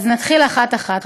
אז נתחיל אחת-אחת.